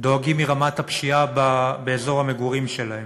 דואגים מרמת הפשיעה באזור המגורים שלהם,